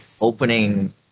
opening